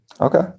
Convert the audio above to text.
okay